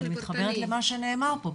אני מתחברת למה שנאמר פה,